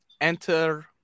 enter